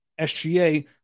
SGA